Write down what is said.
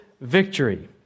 victory